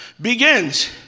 begins